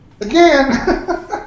again